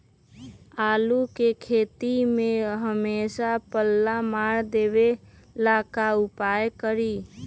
आलू के खेती में हमेसा पल्ला मार देवे ला का उपाय करी?